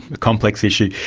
complex issue.